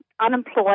unemployed